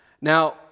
Now